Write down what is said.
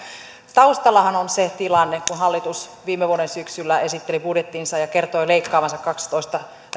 taustallahan on se tilanne kun hallitus viime vuoden syksyllä esitteli budjettinsa ja kertoi leikkaavansa kaksitoista